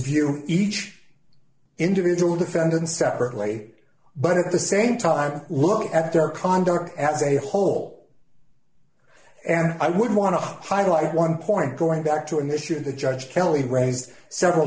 view each individual defendant separately but at the same time look at their conduct as a whole and i would want to highlight one point going back to an issue that judge kelly raised several